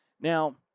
Now